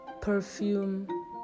perfume